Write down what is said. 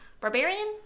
barbarian